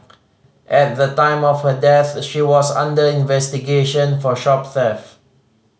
at the time of her death she was under investigation for shop theft